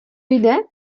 jde